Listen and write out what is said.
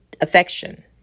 affection